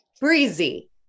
breezy